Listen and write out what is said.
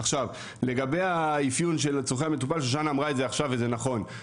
עכשיו לגבי אפיון של צרכי המטופל שושנה אמרה את זה עכשיו מה שהיה